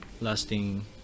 lasting